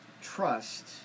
trust